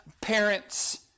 parents